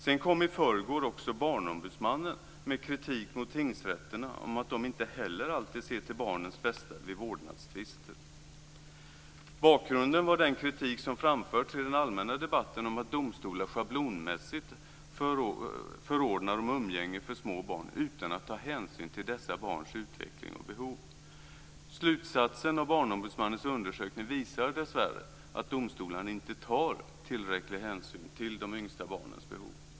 Sedan kom i förrgår också Barnombudsmannen med kritik mot tingsrätterna om att de inte heller alltid ser till barnens bästa vid vårdnadstvister. Bakgrunden var den kritik som framförts i den allmänna debatten om att domstolar schablonmässigt förordnar om umgänge för små barn utan att ta hänsyn till dessa barns utveckling och behov. Slutsatsen av Barnombudsmannens undersökning visar dessvärre att domstolarna inte tar tillräcklig hänsyn till de yngsta barnens behov.